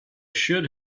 should